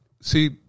See